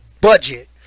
budget